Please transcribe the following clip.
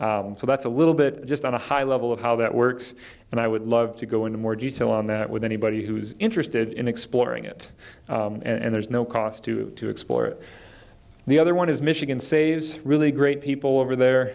so that's a little bit just on a high level of how that works and i would love to go into more detail on that with anybody who's interested in exploring it and there's no cost to to explore it the other one is michigan saves really great people over